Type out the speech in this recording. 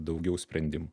daugiau sprendimų